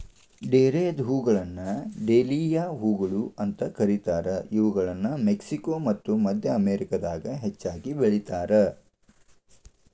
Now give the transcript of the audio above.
ಡೇರೆದ್ಹೂಗಳನ್ನ dahlia ಹೂಗಳು ಅಂತ ಕರೇತಾರ, ಇವುಗಳನ್ನ ಮೆಕ್ಸಿಕೋ ಮತ್ತ ಮದ್ಯ ಅಮೇರಿಕಾದಾಗ ಹೆಚ್ಚಾಗಿ ಬೆಳೇತಾರ